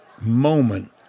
moment